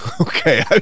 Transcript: Okay